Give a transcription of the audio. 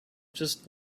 just